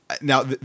Now